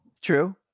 True